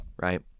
right